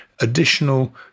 additional